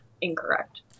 incorrect